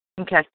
Okay